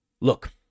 Look